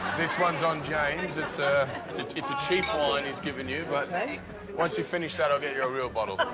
this one's on james. it's a it's a cheap wine and he's giving you, but once you finish that, i'll get you a real bottle.